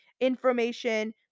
information